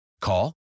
Call